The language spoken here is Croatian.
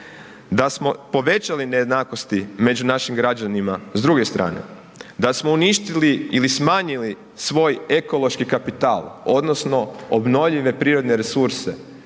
da smo povećali nejednakosti među našim građanima s druge strane? Da smo uništili ili smanjili svoj ekološki kapital odnosno obnovljive prirodne resurse